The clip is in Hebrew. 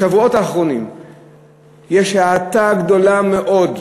בשבועות האחרונים יש האטה גדולה מאוד,